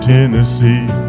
Tennessee